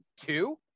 two